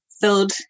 filled